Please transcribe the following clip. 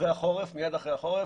מנכ"לית החברה להגנת הטבע.